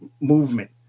movement